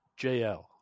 JL